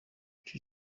iki